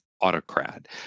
autocrat